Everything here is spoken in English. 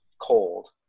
cold